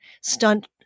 stunt